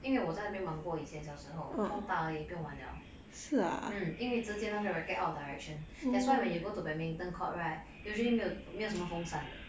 因为我在那边玩过以前小时候风大而已不用玩 liao 因为直接那个 racket out of direction that's why when you go to badminton court right usually 没有没有什么风扇的